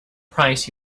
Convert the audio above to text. price